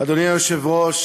אדוני היושב-ראש,